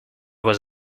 was